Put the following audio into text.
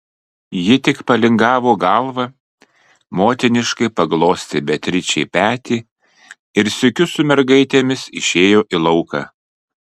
ji tik palingavo galvą motiniškai paglostė beatričei petį ir sykiu su mergaitėmis išėjo į lauką